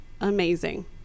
amazing